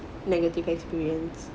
negative experience